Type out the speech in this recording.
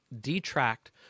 detract